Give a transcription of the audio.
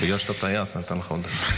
בגלל שאתה טייס, אני אתן לך עוד דקה.